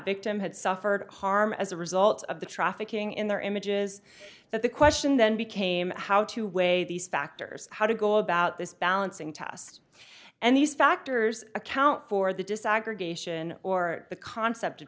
victim had suffered harm as a result of the trafficking in their images that the question then became how to weigh these factors how to go about this balancing test and these factors account for the desegregation or the concept of